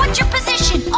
and your position,